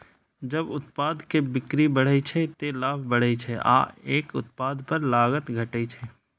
जब उत्पाद के बिक्री बढ़ै छै, ते लाभ बढ़ै छै आ एक उत्पाद पर लागत घटै छै